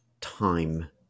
time